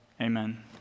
amen